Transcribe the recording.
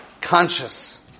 conscious